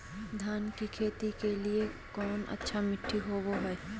धान की खेती के लिए कौन मिट्टी अच्छा होबो है?